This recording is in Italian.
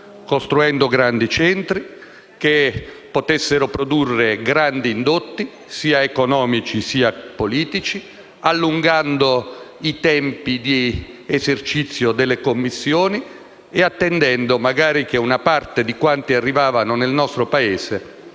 costruendo grandi centri che potessero produrre grandi indotti sia economici che politici, allungando i tempi di esercizio delle commissioni e attendendo che una parte di quanti arrivavano nel nostro Paese